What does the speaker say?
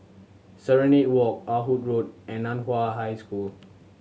Serenade Walk Ah Hood Road and Nan Hua High School